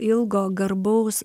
ilgo garbaus